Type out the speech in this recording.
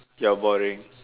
you are boring